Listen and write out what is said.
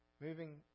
moving